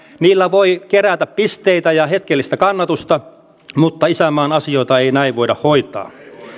niillä voi kerätä pisteitä ja hetkellistä kannatusta mutta isänmaan asioita ei näin voida hoitaa